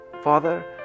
Father